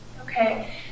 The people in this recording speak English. Okay